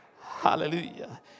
Hallelujah